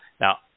Now